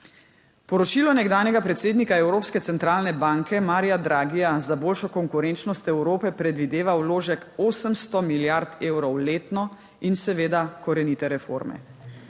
Poročilo nekdanjega predsednika Evropske centralne banke Maria Draghija za boljšo konkurenčnost Evrope predvideva vložek 800 milijard evrov letno in seveda korenite reforme.